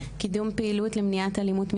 קידום פעילות למניעת אלימות מגדרית,